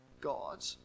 God